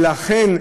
ולכן,